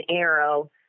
arrow